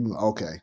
Okay